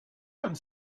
comme